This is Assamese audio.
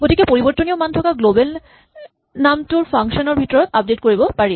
গতিকে পৰিবৰ্তনীয় মান থকা গ্লৱেল নামবোৰ ফাংচন ৰ ভিতৰত আপডেট কৰিব পাৰি